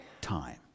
time